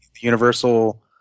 universal –